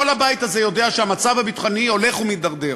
כל הבית הזה יודע שהמצב הביטחוני הולך ומידרדר,